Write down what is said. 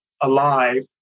alive